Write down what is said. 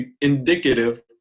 indicative